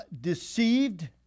deceived